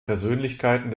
persönlichkeiten